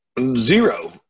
Zero